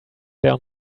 there